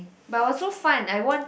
but was so fun I won